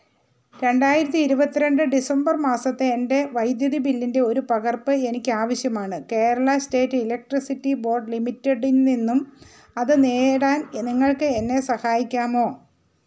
രണ്ടായിരത്തി ഇരുപത്തി രണ്ട് ഡിസംബർ മാസത്തെ എൻ്റെ വൈദ്യുതി ബില്ലിൻ്റെ ഒരു പകർപ്പ് എനിക്ക് ആവശ്യമാണ് കേരള സ്റ്റേറ്റ് ഇലക്ട്രിസിറ്റി ബോർഡ് ലിമിറ്റഡിൽ നിന്നും അത് നേടാൻ എ നിങ്ങൾക്ക് എന്നെ സഹായിക്കാമോ